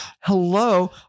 Hello